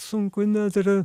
sunku net ir